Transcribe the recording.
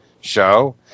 show